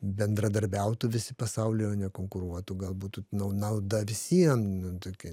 bendradarbiautų visi pasaulyje o ne konkuruotų gal būtų nauda vis vien tokia